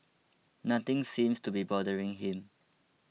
nothing seems to be bothering him